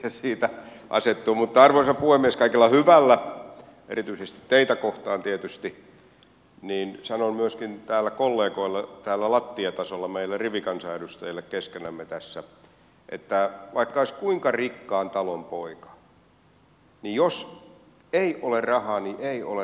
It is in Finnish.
mutta arvoisa puhemies kaikella hyvällä erityisesti teitä kohtaan tietysti sanon myöskin kollegoille täällä lattiatasolla meille rivikansanedustajille keskenämme tässä että vaikka olisi kuinka rikkaan talon poika niin jos ei ole rahaa niin ei ole rahaa edustaja jalonen